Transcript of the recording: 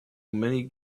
many